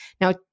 Now